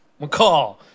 McCall